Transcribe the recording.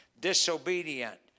Disobedient